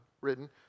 written